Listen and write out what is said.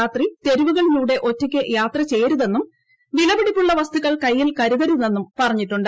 രാത്രി തെരുവുകളിലൂടെ ഒറ്റയ്ക്ക് യാത്രചെയ്യരുതെന്നും വിലപിടിപ്പുള്ള വസ്തുകൾ കയ്യിൽ കരുതരുതെന്നും പറഞ്ഞിട്ടുണ്ട്